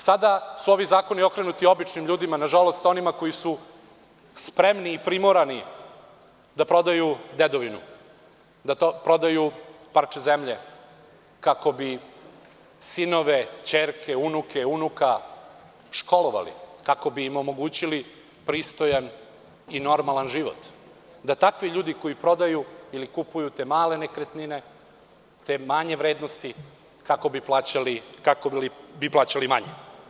Sada su ovi zakoni okrenuti običnim ljudima, na žalost onima koji su spremni i primorani da prodaju dedovinu, da prodaju parče zemlje kako bi sinove, ćerke, unuke, unuka školovali, kako bi im omogućili pristojan i normalan život, da takvi ljudi koji prodaju ili kupuju te male nekretnine, te manje vrednosti, kako bi plaćali manje.